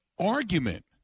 argument